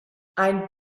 ein